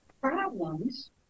problems